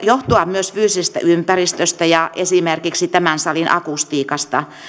johtua myös fyysisestä ympäristöstä ja esimerkiksi tämän salin akustiikasta